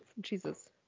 Jesus